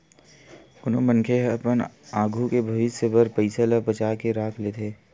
कोनो मनखे ह अपन आघू के भविस्य बर पइसा ल बचा के राख लेथे